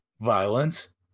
violence